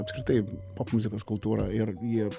apskritai popmuzikos kultūrą ir jie